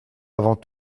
avant